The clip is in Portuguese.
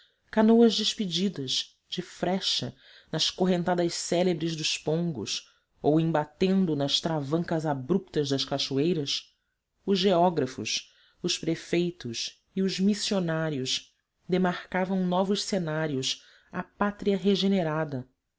canoas despedidas de frecha nas correntadas céleres dos pongos ou embatendo nas travancas abruptas das cachoeiras os geógrafos os prefeitos e os missionários demarcavam novos cenários à pátria regenerada